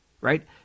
Right